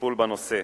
לטיפול בנושא.